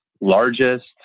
largest